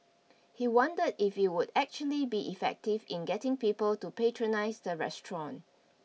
he wondered if it would actually be effective in getting people to patronize the restaurant